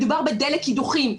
מדובר בדלק קידוחים,